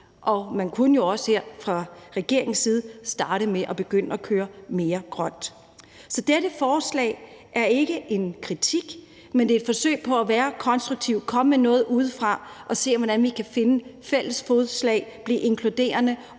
og man kunne jo også her fra regeringens side starte med at køre mere grønt. Så dette forslag er ikke en kritik, men det er et forsøg på at være konstruktiv og komme med noget udefra, så vi kan se, hvordan vi kan finde fælles fodslag, blive inkluderende,